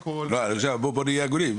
בוא נהיה הגונים.